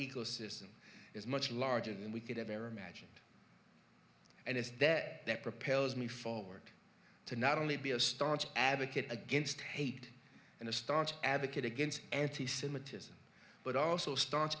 ecosystem is much larger than we could have ever imagined and it's debt that propels me forward to not only be a staunch advocate against hate and a staunch advocate against anti semitism but also sta